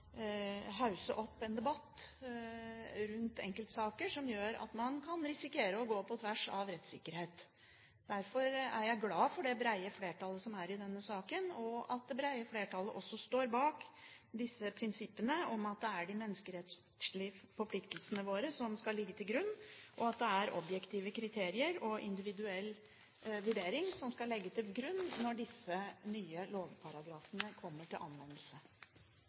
opp en debatt rundt enkeltsaker som gjør at man kan risikere å gå på tvers av rettssikkerhet. Derfor er jeg glad for det brede flertallet i denne saken – og at det brede flertallet også står bak prinsippene om at det er de menneskerettslige forpliktelsene våre som skal ligge til grunn, og at det er objektive kriterier og individuell vurdering som skal ligge til grunn når disse nye lovparagrafene kommer til anvendelse.